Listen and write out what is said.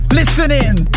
listening